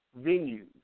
venues